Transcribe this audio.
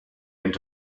end